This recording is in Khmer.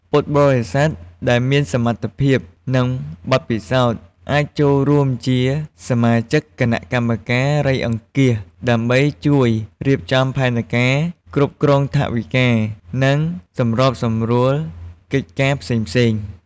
ពុទ្ធបរិស័ទដែលមានសមត្ថភាព និងបទពិសោធន៍ អាចចូលរួមជាសមាជិកគណៈកម្មការរៃអង្គាស ដើម្បីជួយរៀបចំផែនការ គ្រប់គ្រងថវិកា និងសម្របសម្រួលកិច្ចការផ្សេងៗ។